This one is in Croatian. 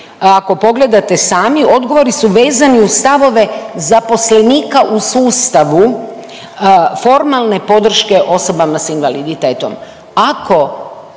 ako pogledati sami odgovori su vezani uz stavove zaposlenika u sustavu, formalne podrške osobama s invaliditetom.